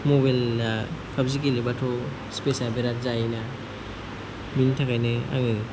मबाइला पाबजि गेलेबाथ' स्पेसा बिराद जायोना बिनि थाखायनो आङो